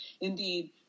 Indeed